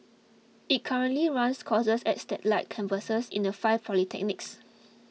it currently runs courses at satellite campuses in the five polytechnics